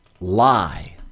lie